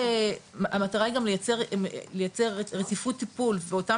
המטרה היא גם לייצר רציפות טיפול ואותם